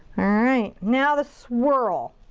alright, now the swirl.